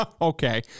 Okay